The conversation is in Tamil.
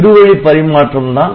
இருவழி பரிமாற்றம் தான்